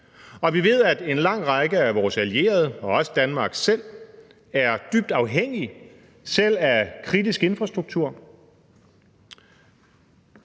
Og vi ved, at en lang række af vores allierede, også Danmark selv, er dybt afhængige selv af kritisk infrastruktur.